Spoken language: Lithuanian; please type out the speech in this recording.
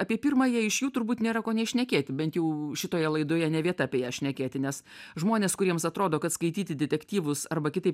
apie pirmąją iš jų turbūt nėra ko nei šnekėti bent jau šitoje laidoje ne vieta apie ją šnekėti nes žmonės kuriems atrodo kad skaityti detektyvus arba kitaip